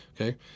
okay